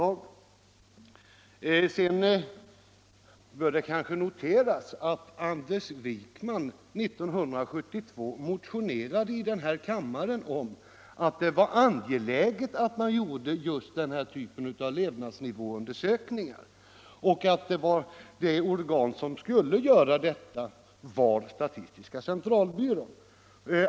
Fredagen den Sedan bör det kanske noteras att Anders Wijkman 1972 i en motion 14 februari 1975 i den här kammaren uttalade att det var angeläget att man gjorde just denna typ av levnadsnivåundersökningar och att det organ som skulle Om ADB-registreutföra undersökningarna var statistiska centralbyrån.